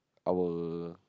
our